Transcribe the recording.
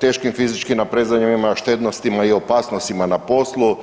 teškim fizičkim naprezanjima, štetnostima i opasnostima na poslu.